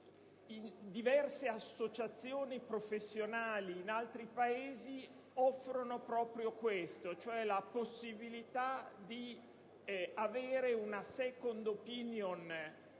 Diverse associazioni professionali in altri Paesi offrono proprio questo, ossia la possibilità di avere una *second opinion*